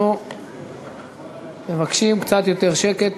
אנחנו מבקשים קצת יותר שקט.